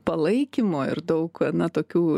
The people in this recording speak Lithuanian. palaikymo ir daug na tokių